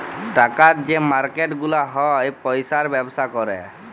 টাকার যে মার্কেট গুলা হ্যয় পয়সার ব্যবসা ক্যরে